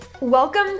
Welcome